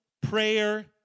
prayer